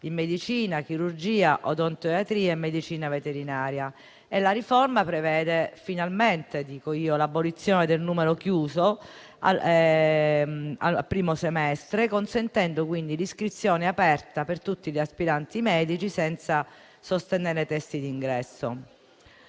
in medicina, chirurgia, odontoiatria e medicina veterinaria. E la riforma prevede - finalmente, aggiungo - l'abolizione del numero chiuso al primo semestre, consentendo quindi l'iscrizione aperta per tutti gli aspiranti medici senza sostenere test d'ingresso.